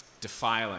defiling